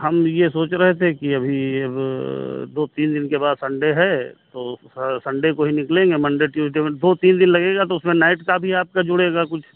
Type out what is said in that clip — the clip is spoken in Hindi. हम यह सोच रहे थे कि अभी अब दो तीन दिन के बाद संडे है तो थोड़ा संडे को ही निकलेंगे मंडे ट्यूजडे म् भो तीन दिन लगेगा तो उसमें नाइट का भी आपका जुड़ेगा कुछ